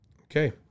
Okay